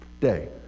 day